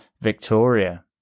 Victoria